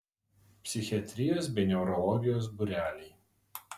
psichiatrijos bei neurologijos būreliai